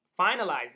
finalizing